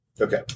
Okay